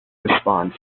respond